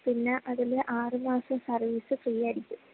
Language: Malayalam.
പിന്നെ അതില് ആറു മാസം സർവീസ് ഫ്രീ ആയിരിക്കും